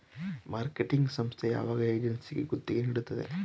Marketing ಸಂಸ್ಥೆ ಯಾವ ಏಜೆನ್ಸಿಗೆ ಗುತ್ತಿಗೆ ನೀಡುತ್ತದೆ?